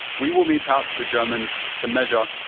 we will mete out to the germans the measure,